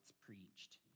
preached